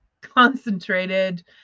concentrated